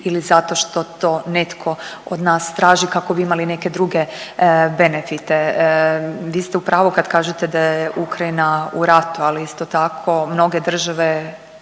ili zato što to netko od nas traži kako bi imali neke druge benefite. Vi ste u pravu kad kažete da je Ukrajina u ratu, ali isto tako mnoge države